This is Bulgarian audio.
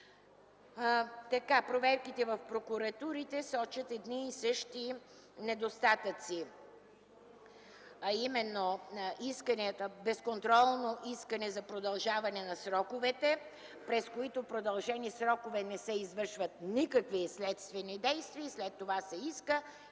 година. Проверките в прокуратурите сочат едни и същи недостатъци, а именно безконтролни искания за продължаване на сроковете, през които продължени срокове не се извършват никакви следствени действия. След това се иска